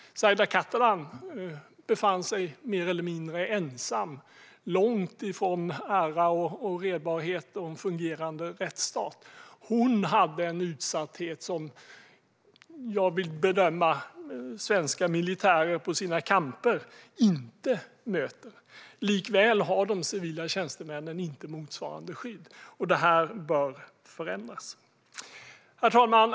Zaida Catalán befann sig mer eller mindre ensam långt ifrån ära och redbarhet och en fungerande rättsstat. Hon hade en utsatthet som jag vill bedöma att svenska militärer inte möter på sina camper. Likväl har de civila tjänstemännen inte motsvarande skydd, och det här bör förändras. Herr talman!